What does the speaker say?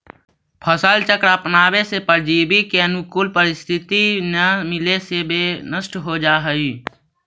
फसल चक्र अपनावे से परजीवी के अनुकूल परिस्थिति न मिले से वे नष्ट हो जाऽ हइ